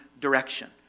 direction